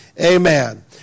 Amen